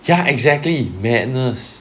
ya exactly madness